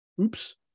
Oops